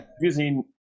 using